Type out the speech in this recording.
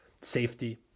safety